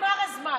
נגמר הזמן,